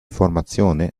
formazione